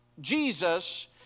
Jesus